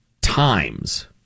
times